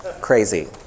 Crazy